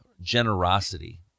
generosity